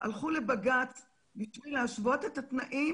ואני מחלקת באמת את השירות